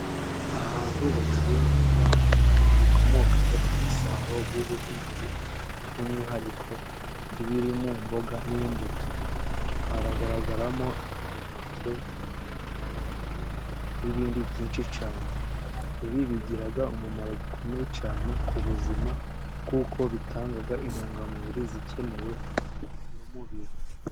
Ahantu bacururiza ibikomoka ku musaruro w'ubuhinzi. By'umwihariko ibiri mu mboga n'imbuto. Haragaragaramo imineke, amaronji n'ibindi byinshi cyane. Ibi bigira umumaro ukomeye cyane ku buzima, kuko bitanga intungamubiri zikenewe n'umubiri.